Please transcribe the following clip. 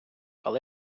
але